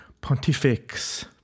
Pontifex